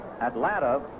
Atlanta